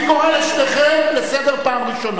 אם היו אומרים לך להביא רב מהודו,